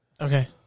Okay